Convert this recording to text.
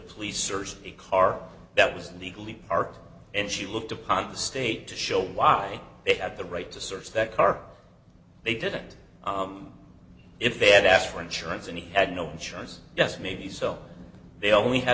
searched a car that was legally parked and she looked upon the state to show why they had the right to search that car they didn't if they had asked for insurance and he had no insurance yes maybe so they only had